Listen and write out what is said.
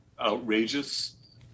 outrageous